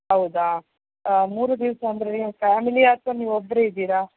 ಹೌದಾ ಮೂರು ದಿವಸ ಅಂದರೆ ನೀವು ಫ್ಯಾಮಿಲಿಯಾ ಅಥವಾ ನೀವು ಒಬ್ಬರೇ ಇದ್ದೀರಾ